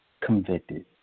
convicted